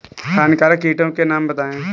हानिकारक कीटों के नाम बताएँ?